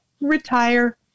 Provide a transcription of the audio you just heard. retire